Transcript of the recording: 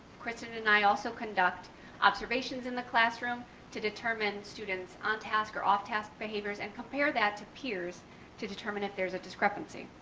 kristin and i also conduct observations in the classroom to determine students on task or off task behaviors and compare that to peers to determine if there's there's a discrepancy.